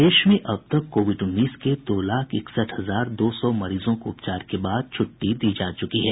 प्रदेश में अब तक कोविड उन्नीस के दो लाख इकसठ हजार दो सौ मरीजों को उपचार के बाद छुट्टी दी जा चुकी है